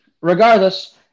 regardless